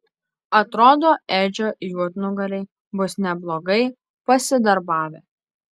atrodo edžio juodnugariai bus neblogai pasidarbavę